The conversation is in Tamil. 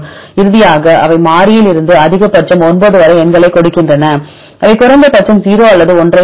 இறுதியாக அவை மாறியில் இருந்து அதிகபட்சம் 9 வரை எண்களைக் கொடுக்கின்றன அவை குறைந்தபட்சம் 0 அல்லது 1 ஐக் கொடுக்கும்